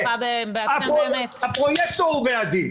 הפרויקטור בעדי.